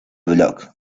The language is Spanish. block